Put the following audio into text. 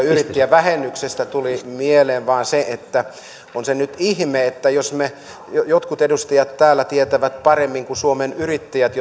yrittäjävähennyksestä tuli mieleen vain se että on se nyt ihme että jotkut edustajat täällä tietävät paremmin kuin suomen yrittäjät